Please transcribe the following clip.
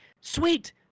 sweet